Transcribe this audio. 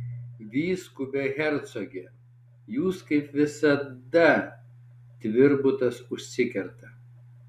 vyskupe hercoge jūs kaip visada tvirbutas užsikerta